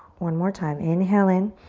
one more time, inhale in.